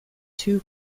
two